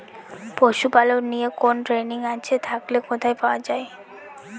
পশুপালন নিয়ে কোন ট্রেনিং আছে থাকলে কোথায় পাওয়া য়ায়?